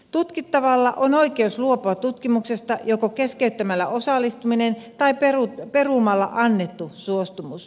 tutkittavalla on oikeus luopua tutkimuksesta joko keskeyttämällä osallistuminen tai perumalla annettu suostumus